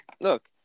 look